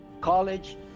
college